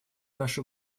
наше